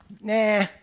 nah